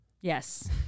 Yes